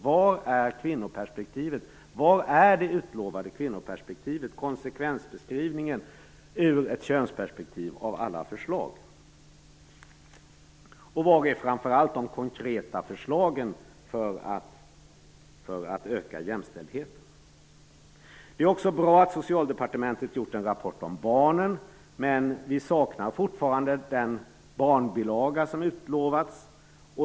Var är kvinnoperspektivet, det utlovade kvinnoperspektivet, konsekvensbeskrivningen av alla förslag ur ett könsperspektiv? Och framför allt: Var är de konkreta förslagen för att öka jämställdheten? Det är också bra att Socialdepartementet gjort en rapport om barnen, men vi saknar fortfarande den barnbilaga som utlovats.